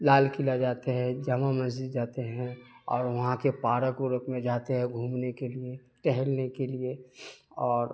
لال قلعہ جاتے ہیں جامع مسجد جاتے ہیں اور وہاں کے پارک وورک میں جاتے ہیں گھومنے کے لیے ٹہلنے کے لیے اور